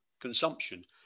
consumption